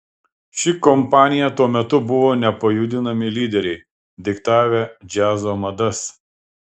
ši kompanija tuo metu buvo nepajudinami lyderiai diktavę džiazo madas